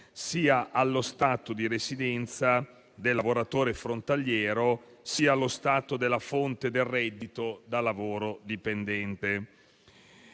sia allo Stato di residenza del lavoratore frontaliero sia allo Stato della fonte del reddito da lavoro dipendente.